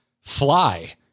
fly